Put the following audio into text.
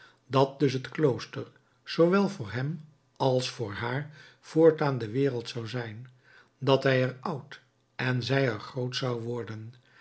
dat dus het klooster zoowel voor hem als voor haar voortaan de wereld zou zijn dat hij er oud en zij er groot zou worden